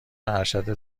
ارشد